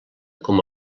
com